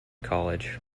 college